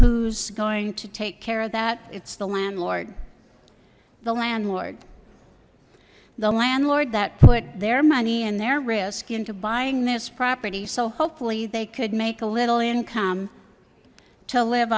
who's going to take care of that it's the landlord the landlord the landlord that put their money in their risk into buying this property so hopefully they could make a little income to live